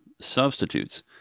substitutes